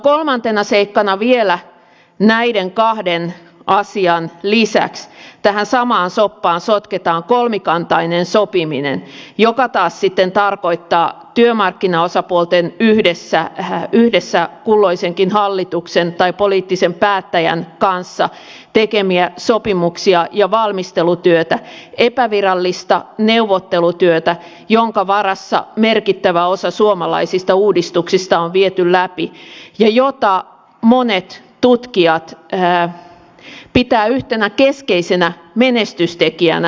kolmantena seikkana vielä näiden kahden asian lisäksi tähän samaan soppaan sotketaan kolmikantainen sopiminen joka taas tarkoittaa työmarkkinaosapuolten yhdessä kulloisenkin hallituksen tai poliittisen päättäjän kanssa tekemiä sopimuksia ja valmistelutyötä epävirallista neuvottelutyötä jonka varassa merkittävä osa suomalaisista uudistuksista on viety läpi ja jota monet tutkijat pitävät yhtenä keskeisenä menestystekijänä suomalaisessa mallissa